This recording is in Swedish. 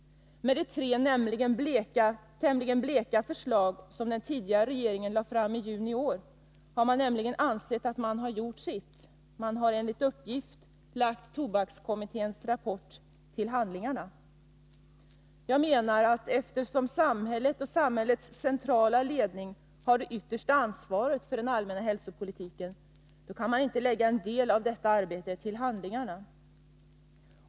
Med de tre, tämligen bleka, förslag som den tidigare regeringen lade fram i juni i år, har den nämligen ansett att den har gjort sitt. Man har enligt uppgift lagt tobakskommitténs rapport ”till handlingarna”. Jag menar, att eftersom samhället och samhällets centrala ledning har det yttersta ansvaret för den allmänna hälsopolitiken, kan man inte lägga en del av detta arbete ”till handlingarna”.